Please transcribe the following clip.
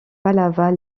palavas